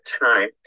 time